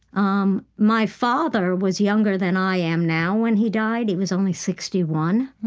um my father was younger than i am now when he died. he was only sixty one.